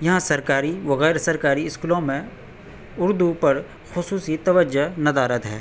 یہاں سرکاری و غیرسرکاری اسکولوں میں اردو پر خصوصی توجہ ندارد ہے